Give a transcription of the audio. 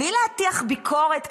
בלי להטיח ביקורת,